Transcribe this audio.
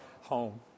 home